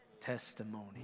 testimony